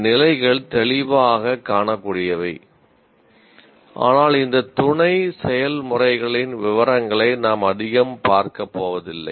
இந்த நிலைகள் தெளிவாகக் காணக்கூடியவை ஆனால் இந்த துணை செயல்முறைகளின் விவரங்களை நாம் அதிகம் பார்க்க போவதில்லை